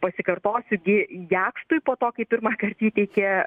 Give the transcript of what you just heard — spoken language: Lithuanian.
pasikartosiu di jakštui po to kai pirmąkart įteikė